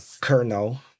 kernel